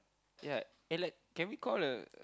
ya eh like can we call the